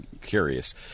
curious